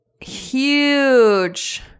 huge